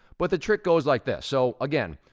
but the trick goes like this. so again,